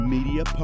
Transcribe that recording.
Media